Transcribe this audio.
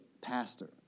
pastor